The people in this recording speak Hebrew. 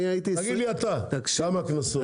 כמה קנסות?